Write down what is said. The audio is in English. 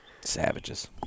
Savages